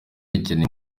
ikeneye